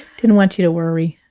didn't want you to worry